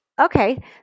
Okay